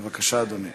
בבקשה, אדוני.